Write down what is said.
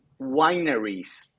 wineries